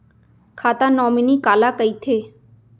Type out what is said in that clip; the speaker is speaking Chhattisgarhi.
खाता नॉमिनी काला कइथे?